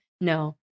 No